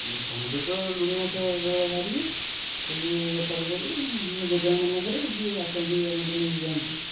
ସମୁଦ୍ର ତ ଲୁଣି ମାଛ କେବଳ ବାହାରିବେ ତାକୁ ବେପାର କରୁ ଗୋଦାମ ମାନଙ୍କରେ ଯିଏ ଆସନ୍ତି ଆମଠୁ ନେଇକି ଯାଆନ୍ତି